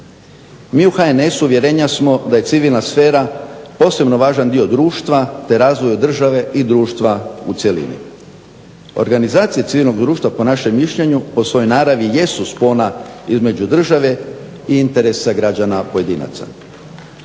Mi u HNS uvjerenja smo da je civilna sfera posebno važan dio društva te razvoju države i društva u cjelini. Organizacija civilnog društva po našem mišljenju po svojoj naravi jesu spona između države i interesa građana pojedinaca.